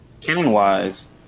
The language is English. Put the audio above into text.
Canon-wise